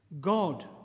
God